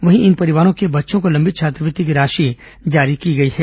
वहीं इन परिवारों के बच्चों को लंबित छात्रवृत्ति की राशि जारी की गई है